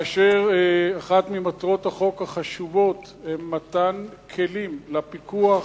אחת ממטרות החוק החשובות היא מתן כלים לפיקוח